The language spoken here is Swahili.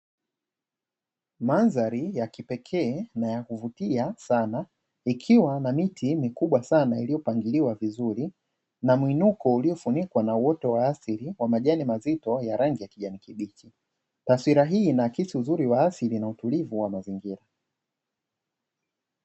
Mandhari ya kipekee na ya kuvutia sana ikiwa na miti mikubwa sana iliyopangiliwa vizuri na mwinuko uliofunikwa na uoto wa asili wa majani mazito ya rangi ya kijani kibichi, taswira hii inakisi uzuri wa asili na utulivu wa mazingira.